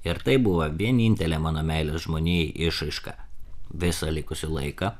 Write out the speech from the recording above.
ir tai buvo vienintelė mano meilės žmonijai išraiška visą likusį laiką